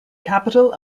capital